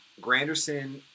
Granderson